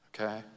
Okay